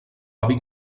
avi